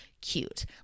cute